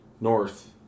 north